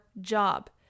job